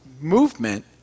movement